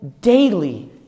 daily